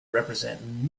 represent